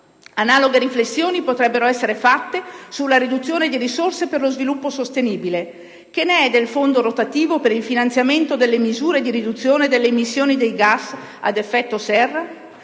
Analoghe riflessioni potrebbero essere fatte sulla riduzione di risorse per lo sviluppo sostenibile. Che ne è del fondo rotativo per il finanziamento delle misure di riduzione delle emissioni dei gas ad effetto serra?